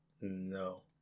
No